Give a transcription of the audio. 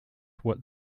what